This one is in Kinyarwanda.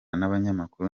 n’abanyamakuru